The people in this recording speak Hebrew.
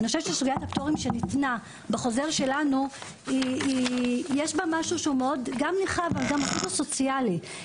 סוגיית הפטורים שניתנה בחוזר שלנו היא גם נרחבת והיא גם סוציאלית.